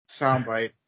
soundbite